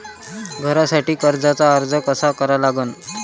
घरासाठी कर्जाचा अर्ज कसा करा लागन?